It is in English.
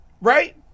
right